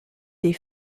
des